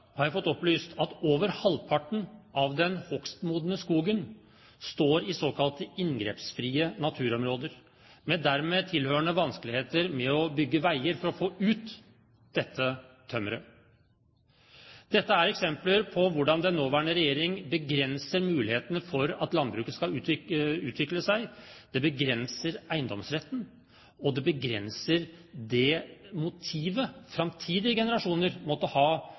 over halvparten av den hogstmodne skogen i såkalte inngrepsfrie naturområder, med dermed tilhørende vanskeligheter med å bygge veier for å få ut dette tømmeret. Dette er eksempler på hvordan den nåværende regjering begrenser mulighetene for at landbruket skal utvikle seg. Det begrenser eiendomsretten, og det begrenser det motivet framtidige generasjoner måtte ha